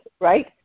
right